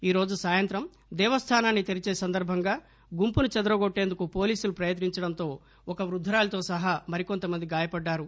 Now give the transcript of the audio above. ఈరోజు సాయంత్రం దేవస్తానాన్ని తెరిచే సందర్భంగా గుంపును చెదరగొట్టేందుకు పోలీసులు ప్రయత్ని ంచడంతో ఒక వృద్దురాలితో సహా మరికొంత మంది గాయపడ్డారు